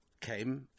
came